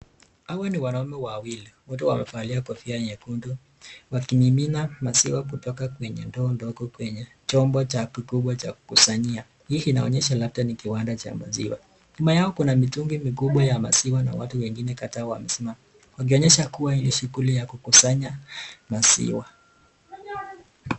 Hawa ni wanaume wawili wote wamevalia kofia nyekundu wakimimina maziwa kutoka kwenye ndoo ndogo kwenye chombo kikubwa cha kukusanyia. Hii inaonyesha labda ni kiwanda cha maziwa. Nyuma yao kuna mitungi mikubwa ya maziwa na watu wengine kadhaa wamesimama. Wakionyesha kuwa hii ni shughuli ya kukusanya maziwa.